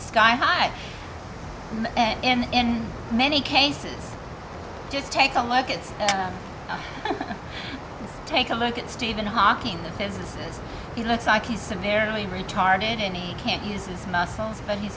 sky high and in many cases just take a look at this take a look at stephen hawking businesses he looks like he's severely retarded any can't use his muscles but he's